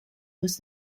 was